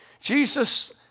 Jesus